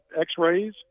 x-rays